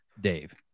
Dave